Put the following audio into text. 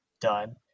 done